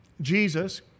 Jesus